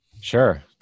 Sure